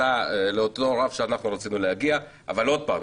לאותו רף שרצינו להגיע אבל עוד פעם,